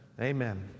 Amen